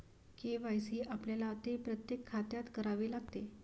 KYC आपल्याला ते प्रत्येक खात्यात करावे लागते